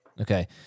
Okay